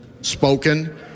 spoken